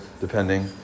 depending